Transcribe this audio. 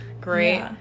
Great